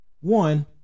One